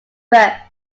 first